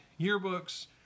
yearbooks